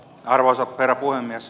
arvoisa herra puhemies